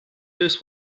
this